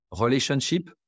relationship